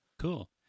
Cool